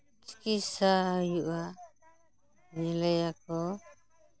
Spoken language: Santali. ᱪᱤᱠᱤᱛᱥᱟ ᱦᱩᱭᱩᱜᱼᱟ ᱞᱟᱹᱞᱟᱹᱭ ᱟᱠᱚ